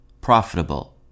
profitable